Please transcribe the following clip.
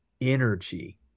energy